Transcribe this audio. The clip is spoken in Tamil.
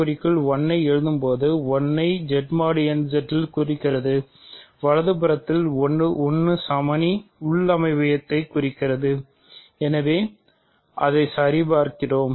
க் குறிக்கிறது எனவே அதைச் சரிபார்க்கிறோம்